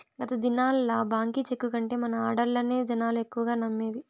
గత దినాల్ల బాంకీ చెక్కు కంటే మన ఆడ్డర్లనే జనాలు ఎక్కువగా నమ్మేది